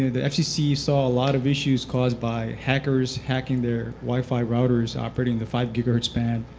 you know the fcc saw a lot of issues caused by hackers hacking their wi-fi routers operating the five gigahertz band,